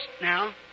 now